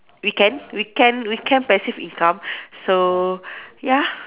weekend weekend weekend passive income so ya